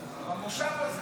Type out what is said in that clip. מיכאל,